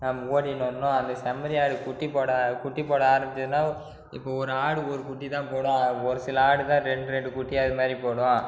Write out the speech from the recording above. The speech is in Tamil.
நம்ம ஓட்டின்னு வரணும் அந்த செம்மறி ஆடு குட்டி போட குட்டி போட ஆரமிச்சுதுன்னா இப்போது ஒரு ஆடு ஒரு குட்டி தான் போடும் ஒரு சில ஆடு தான் ரெண்டு ரெண்டு குட்டி அது மாதிரி போடும்